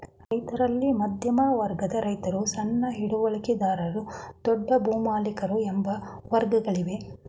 ರೈತರಲ್ಲಿ ಮಧ್ಯಮ ವರ್ಗದ ರೈತರು, ಸಣ್ಣ ಹಿಡುವಳಿದಾರರು, ದೊಡ್ಡ ಭೂಮಾಲಿಕರು ಎಂಬ ವರ್ಗಗಳಿವೆ